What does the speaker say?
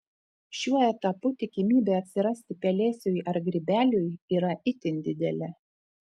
šiuo etapu tikimybė atsirasti pelėsiui ar grybeliui yra itin didelė